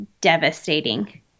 devastating